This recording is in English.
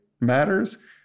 matters